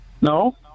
No